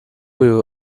will